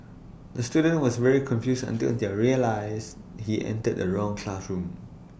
the student was very confused until he realised he entered the wrong classroom